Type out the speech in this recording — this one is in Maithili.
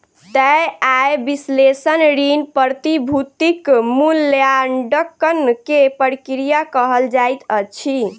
तय आय विश्लेषण ऋण, प्रतिभूतिक मूल्याङकन के प्रक्रिया कहल जाइत अछि